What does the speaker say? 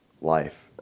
life